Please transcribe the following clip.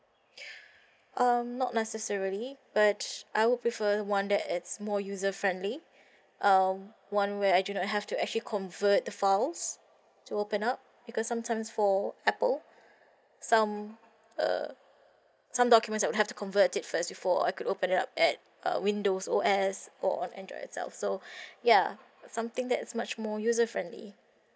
um not necessarily but I would prefer one that is more user friendly um one where I do not have to actually convert the files to open up because sometimes for apple some uh some documents I would have to convert it first before I could open up at uh window O_S or on android itself so ya something that's much more user friendly